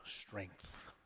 strength